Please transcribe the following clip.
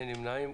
אין נמנעים.